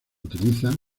utiliza